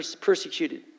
persecuted